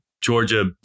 Georgia